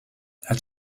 het